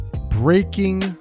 Breaking